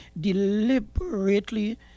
deliberately